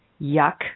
yuck